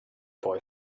boy